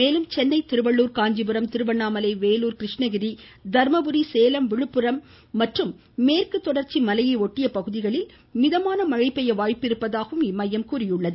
மேலும் சென்னை திருவள்ளுர் காஞ்சிபுரம் திருவண்ணாமலை வேலுா் கிருஷ்ணகிரி தர்மபுரி சேலம் விழுப்புரம் மற்றும் மேற்கு தொடர்ச்சி மலையை ஒட்டிய பகுதிகளில் மிதமான மழை பெய்ய வாய்ப்பிருப்பதாகவும் இம்மையம் கூறியுள்ளது